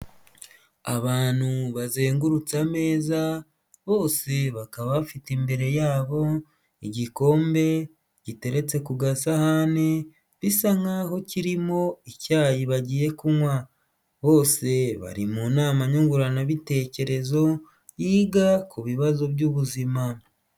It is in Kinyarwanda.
Abantu bazengurutse ameza bose bakaba bafite imbere yabo igikombe giteretse ku gasahani bisa nk'aho kirimo icyayi bagiye kunywa, bose bari mu nama nyunguranabitekerezo yiga ku bibazo by'ubuzima.